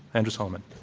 andrew solomon.